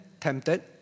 tempted